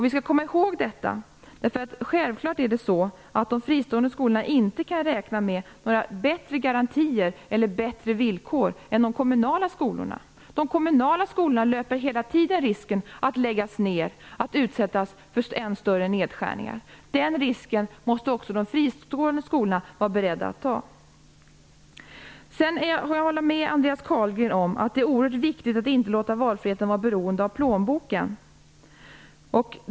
Vi skall komma ihåg detta, för självklart kan de fristående skolorna inte räkna med några bättre garantier eller bättre villkor än de kommunala skolorna. De kommunala skolorna löper hela tiden risken att läggas ned, att utsättas för än större nedskärningar. Den risken måste också de fristående skolorna vara beredda att ta. Jag håller med Andreas Carlgren om att det är oerhört viktigt att inte låta valfriheten vara beroende av plånboken.